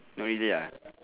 no easy ah